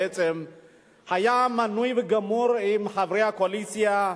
בעצם היה מנוי וגמור עם חברי הקואליציה,